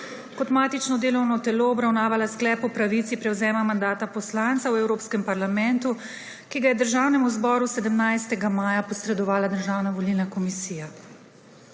kot matično delovno telo obravnavala Sklep o pravici prevzema mandata poslanca v Evropskem parlamentu, ki ga je Državnemu zboru 17. maja 2022 posredovala Državna volilna komisija.